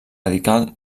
radical